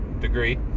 degree